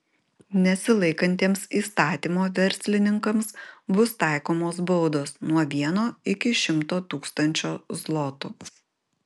nesilaikantiems įstatymo verslininkams bus taikomos baudos nuo vieno iki šimto tūkstančio zlotų